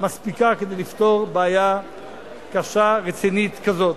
מספיקה כדי לפתור בעיה קשה ורצינית כזאת.